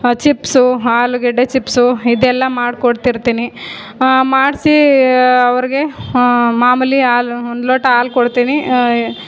chips ಆಲುಗೆಡ್ಡೆ chips ಇದೆಲ್ಲ ಮಾಡಿಕೊಡ್ತಿರ್ತೀನಿ ಮಾಡಿಸಿ ಅವರಿಗೆ ಮಾಮೂಲಿ ಹಾಲು ಒಂದು ಲೋಟ ಹಾಲು ಕೊಡ್ತೀನಿ